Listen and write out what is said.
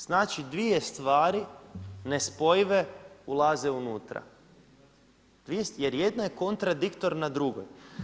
Znači dvije stvari nespojive ulaze unutra jer jedna je kontradiktorna drugoj.